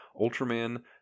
Ultraman